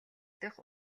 дэх